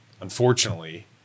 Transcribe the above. unfortunately